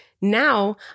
now